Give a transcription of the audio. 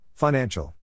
Financial